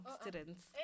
students